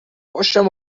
پشتم